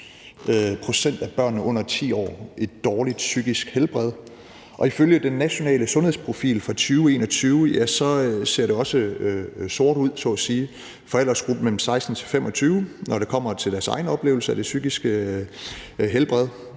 pct. af børn under 10 år et dårligt psykisk helbred, og ifølge »Danskernes Sundhed – Den Nationale Sundhedsprofil 2021« ser det også sort ud så at sige for aldersgruppen mellem 16 og 25 år, når det kommer til deres egen oplevelse af det psykiske helbred.